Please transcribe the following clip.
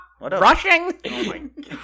rushing